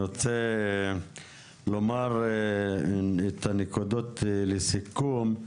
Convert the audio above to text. אני רוצה לומר את הנקודות לסיכום.